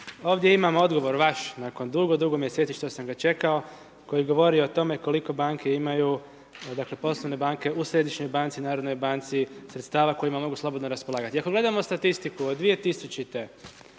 Ovdje imam odgovor vaš nakon dugo, dugo mjeseci što sam ga čekao koji govori o tome koliko banke imaju, dakle poslovne banke u središnjoj banci, Narodnoj banci sredstava kojima mogu slobodno raspolagat. I ako gledamo statistiku od 2000.